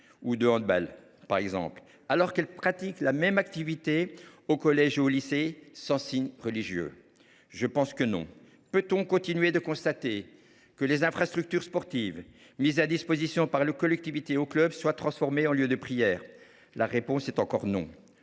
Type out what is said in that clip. ou de handball, par exemple, alors qu’elles pratiquent la même activité au collège ou au lycée sans signe religieux ? J’estime que non. Peut on se contenter de constater que les infrastructures sportives mises à la disposition des clubs par les collectivités locales soient transformées en lieux de prière ? La réponse est encore non.